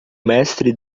mestre